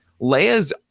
Leia's